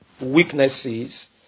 weaknesses